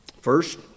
first